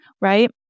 right